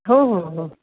हो हो हो